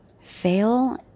fail